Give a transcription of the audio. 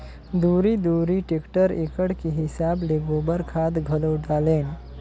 दूरी दूरी टेक्टर एकड़ के हिसाब ले गोबर खाद घलो डालेन